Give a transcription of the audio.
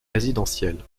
résidentielle